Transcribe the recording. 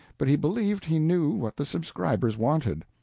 but he believed he knew what the subscribers wanted.